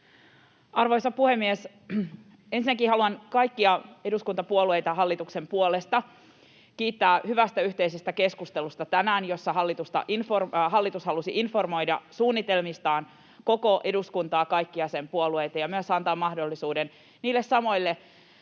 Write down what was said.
Arvoisa puhemies! Ensinnäkin haluan kaikkia eduskuntapuolueita hallituksen puolesta kiittää hyvästä yhteisestä keskustelusta tänään, jossa hallitus halusi informoida suunnitelmistaan koko eduskuntaa, kaikkia sen puolueita ja myös antaa oppositiopuolueille mahdollisuuden niille samoille